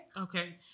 Okay